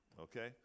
okay